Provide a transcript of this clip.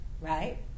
right